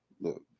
Look